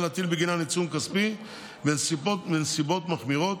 להטיל בגינן עיצום כספי בנסיבות מחמירות,